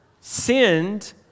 sinned